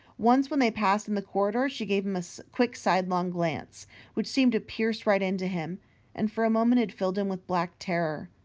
once when they passed in the corridor she gave him a so quick sidelong glance which seemed to pierce right into him and for a moment had filled him with black terror.